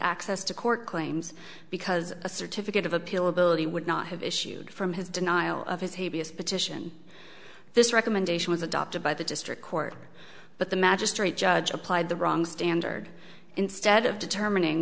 access to court claims because a certificate of appeal ability would not have issued from his denial of his petition this recommendation was adopted by the district court but the magistrate judge applied the wrong standard instead of determining